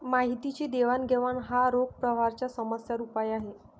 माहितीची देवाणघेवाण हा रोख प्रवाहाच्या समस्यांवर उपाय आहे